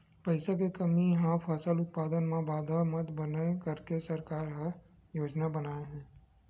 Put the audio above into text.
पईसा के कमी हा फसल उत्पादन मा बाधा मत बनाए करके सरकार का योजना बनाए हे?